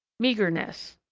meagre nests.